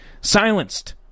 silenced